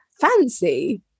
fancy